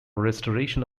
restoration